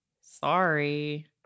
Sorry